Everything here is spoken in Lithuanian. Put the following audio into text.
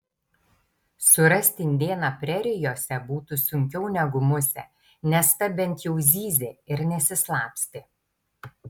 surasti indėną prerijose būtų sunkiau negu musę nes ta bent jau zyzė ir nesislapstė